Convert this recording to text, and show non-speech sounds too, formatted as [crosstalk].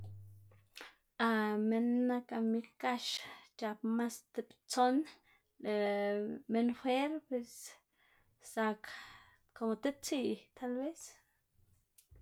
[hesitation] minn nak amig gax c̲h̲apná masa tib tson, lëꞌ minn fwer pues zak komo tib tsiꞌ tal vez.